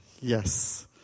Yes